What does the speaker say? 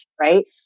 right